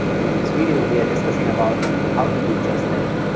and in this video we are discussing about how to do just that